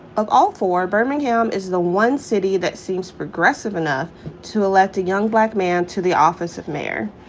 of all four, birmingham is the one city that seems progressive enough to elect a young black man to the office of mayor.